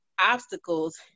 obstacles